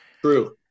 True